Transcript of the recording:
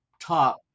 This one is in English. top